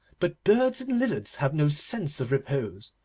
but birds and lizards have no sense of repose,